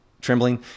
trembling